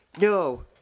no